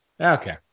Okay